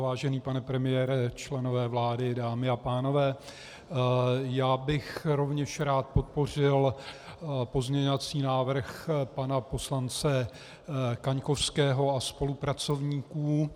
Vážený pane premiére, členové vlády, dámy a pánové, rovněž bych rád podpořil pozměňovací návrh pana poslance Kaňkovského a spolupracovníků.